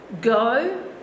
go